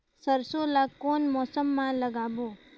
सरसो ला कोन मौसम मा लागबो?